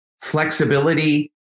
flexibility